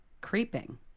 creeping